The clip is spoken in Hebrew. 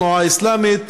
התנועה האסלאמית,